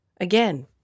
Again